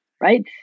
right